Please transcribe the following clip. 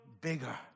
bigger